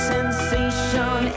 Sensation